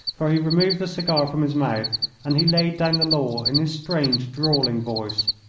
for he removed the cigar from his mouth and he laid down the law in his strange, drawling voice.